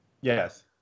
Yes